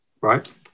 right